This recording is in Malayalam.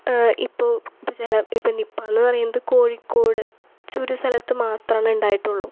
ഇപ്പോൾ ഇപ്പം ചില ഇപ്പം നിപ്പ എന്ന് പറയുന്നത് കോഴിക്കോട് ചുരു സ്ഥലത്ത് മാത്രമാണ് ഉണ്ടായിട്ടുള്ളു